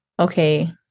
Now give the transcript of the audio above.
okay